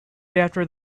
after